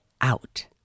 out